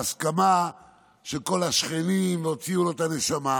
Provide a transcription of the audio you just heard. בהסכמה של כל השכנים, והוציאו לו את הנשמה